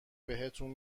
بهتون